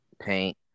paint